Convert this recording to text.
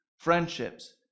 friendships